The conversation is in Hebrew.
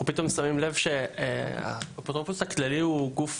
אנחנו פתאום שמים לב שהאפוטרופוס הכללי הוא גוף